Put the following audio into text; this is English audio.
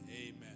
amen